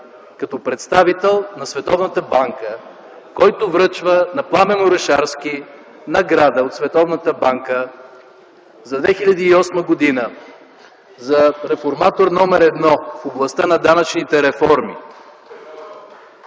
като представител на Световната банка, който връчва на Пламен Орешарски награда от Световната банка за 2008 г. за реформатор № 1 в областта на данъчните реформи.